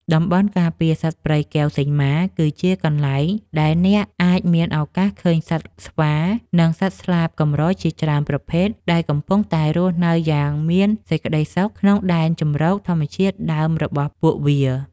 តំបន់ការពារសត្វព្រៃកែវសីមា គឺជាកន្លែងដែលអ្នកអាចមានឱកាសឃើញសត្វស្វា និង សត្វស្លាបកម្រជាច្រើនប្រភេទដែលកំពុងតែរស់នៅយ៉ាងមានសេចក្តីសុខក្នុងដែនជម្រកធម្មជាតិដើមរបស់ពួកវា។